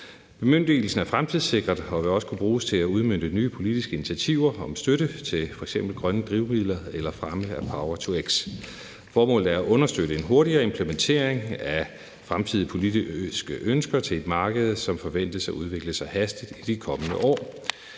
Bemyndigelsen er fremtidssikret og vil også kunne bruges til at udmønte nye politiske initiativer om støtte til f.eks. grønne drivmidler eller fremme af power-to-x. Formålet er at understøtte en hurtigere implementering af fremtidige politiske ønsker til et marked, som forventes at udvikle sig hastigt i de kommende år.